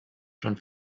schon